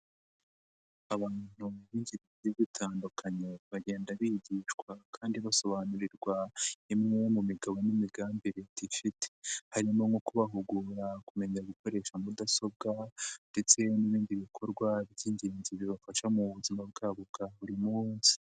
Abantu ibihumbi byinshi bigiye bitandukanye bagenda bigishwa kandi basobanurirwa imwe mu migabo n'imigambi leti ifite, harimo nko kubahugura kumenya gukoresha mudasobwa ndetse n'ibindi bikorwa by'ingenzi bibafasha mu buzima bwabo bwa buri munsi.